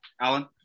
Alan